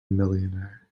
millionaire